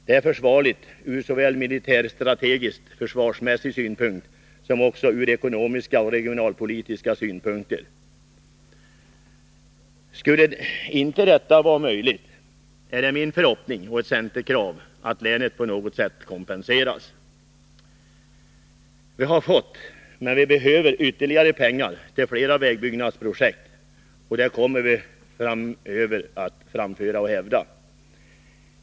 Det är försvarligt ur såväl militärstrategisk-försvarsmässig synpunkt som också ur ekonomiska och regionalpolitiska synpunkter. Skulle inte detta vara möjligt är det min förhoppning, och ett centerkrav, att länet på något sätt kompenseras. Vi har fått pengar, men behöver ytterligare pengar, till flera vägbyggnads projekt, och det kommer vi att hävda framöver.